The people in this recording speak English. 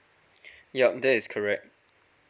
yup that's correct